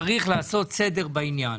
צוריך לעשות סדר בעניין.